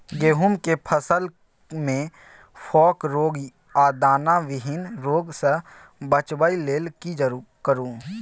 गेहूं के फसल मे फोक रोग आ दाना विहीन रोग सॅ बचबय लेल की करू?